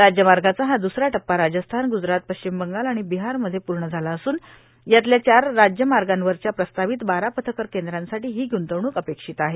राज्यमार्गाचा हा द्सरा टप्पा राजस्थान ग्जरात पश्चिम बंगाल आणि बिहारमध्ये पूर्ण झाला असून यातल्या चार राज्यमार्गांवरच्या प्रस्तावित बारा पथकर केंद्रांसाठी ही ग्ंतवणूक अपेक्षित आहे